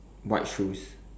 white shoes